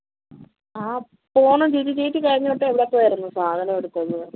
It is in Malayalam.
എ പോകണം ചേച്ചി ചേച്ചി കഴിഞ്ഞ വട്ടം എവടെപ്പോയായിരുന്നു സാധനമെടുത്തത്